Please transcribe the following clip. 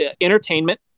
entertainment